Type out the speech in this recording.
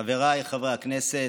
חבריי חברי הכנסת,